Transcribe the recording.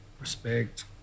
respect